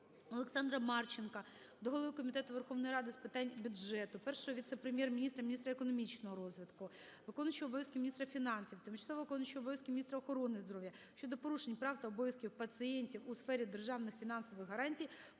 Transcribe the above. Олександра Марченка до голови Комітету Верховної Ради з питань бюджету, Першого віце-прем'єр-міністра - міністра економічного розвитку, виконувача обов'язків міністра фінансів, тимчасово виконуючої обов'язки міністра охорони здоров'я щодо порушень прав та обов'язків пацієнтів у сфері державних фінансових гарантій